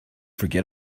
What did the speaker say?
forget